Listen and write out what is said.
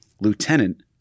Lieutenant